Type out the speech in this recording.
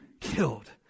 killed